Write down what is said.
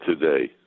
today